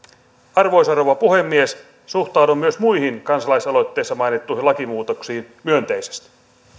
arvoisa rouva puhemies suhtaudun myös muihin kansalaisaloitteessa mainittuihin lakimuutoksiin myönteisesti